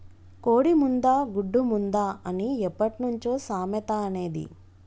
కోడి ముందా, గుడ్డు ముందా అని ఎప్పట్నుంచో సామెత అనేది